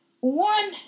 One